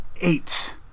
eight